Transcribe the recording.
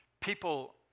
People